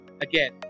again